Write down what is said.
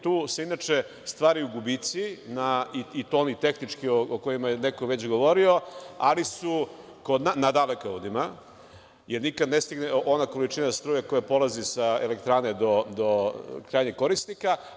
Tu se, inače, stvaraju gubici i to oni tehnički o kojima je neko već govorio, na dalekovodima, jer nikad ne stigne ona količina struje koja polazi sa elektrane do krajnjeg korisnika.